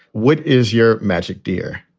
what is your magic, dear?